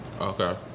Okay